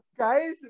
Guys